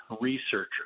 researcher